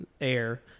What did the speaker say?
air